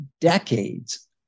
decades